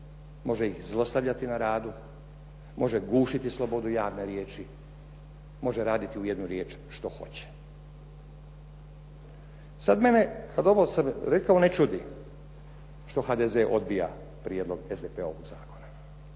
može ih zlostavljati na radu, može gušiti slobodu javne riječi, može raditi u jednu riječ šta hoće. Sad mene kad ovo sam rekao ne čudi što HDZ odbija prijedlog SDP-ovog zakona.